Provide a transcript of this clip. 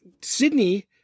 Sydney